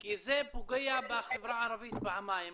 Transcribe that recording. כי זה פוגע בחברה הערבית פעמיים,